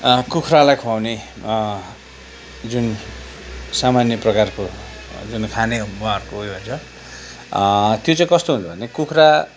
कुखुरालाई खुवाउने जुन सामान्य प्रकारको खाने वहाँहरूको जो हुन्छ त्यो चाहिँ कस्तो हुन्छ भने कुखुरा